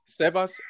Sebas